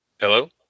Hello